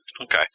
Okay